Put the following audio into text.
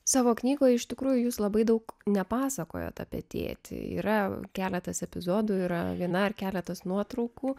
savo knygoje iš tikrųjų jūs labai daug nepasakojote apie tėtį yra keletas epizodų yra viena ar keletas nuotraukų